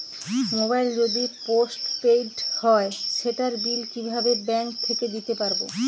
Mobile যদি postpaid হয় সেটার বিল কিভাবে ব্যাংক থেকে দিতে পারব?